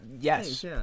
Yes